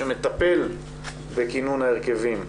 שמטפל בכינון ההרכבים.